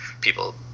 people